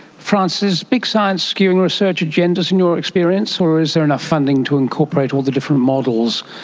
france, is big science skewing research agendas in your experience, or is there enough funding to incorporate all the different models,